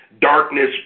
Darkness